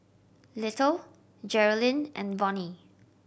Little Jerilyn and Vonnie